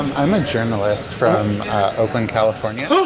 i'm a journalist from oakland, california.